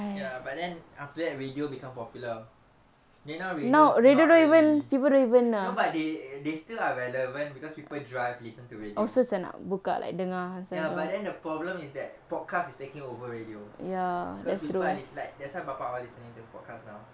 ya but then after that radio become popular then now radio not really no but they they still are relevant because people drive listen to radio ya but then the problem is that podcast is taking over radio cause we fly it's like that's why bapa all listening to podcast now